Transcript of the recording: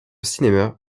cinéma